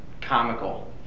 comical